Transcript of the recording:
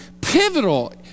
pivotal